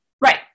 Right